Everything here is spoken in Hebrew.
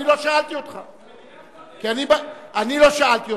אני לא שאלתי אותך.